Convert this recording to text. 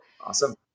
Awesome